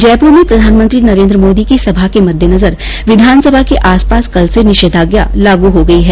जयपूर में प्रधानमंत्री नरेन्द्र मोदी की सभा के मद्देनजर विधानसभा के आस पास कल से निषेघाग्या लागू हो गयी है